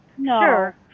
Sure